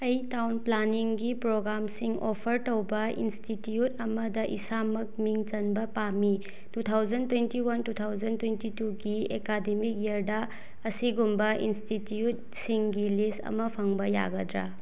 ꯑꯩ ꯇꯥꯎꯟ ꯄ꯭ꯂꯥꯅꯤꯡꯒꯤ ꯄ꯭ꯔꯣꯒ꯭ꯔꯥꯝꯁꯤꯡ ꯑꯣꯐꯔ ꯌꯧꯕ ꯏꯟꯁꯇꯤꯇ꯭ꯌꯨꯠ ꯑꯃꯗ ꯏꯁꯥꯃꯛ ꯃꯤꯡ ꯆꯟꯕ ꯄꯥꯝꯃꯤ two thousand twenty one two thousand twenty ꯇꯨꯒꯤ ꯑꯦꯀꯥꯗꯃꯤꯛ ꯏꯌꯔꯗ ꯑꯁꯤꯒꯨꯝꯕ ꯏꯟꯁꯇꯤꯇ꯭ꯌꯨꯠꯁꯤꯡꯒꯤ ꯂꯤꯁ ꯑꯃ ꯐꯪꯕ ꯌꯥꯒꯗ꯭ꯔꯥ